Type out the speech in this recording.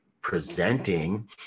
presenting